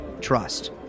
Trust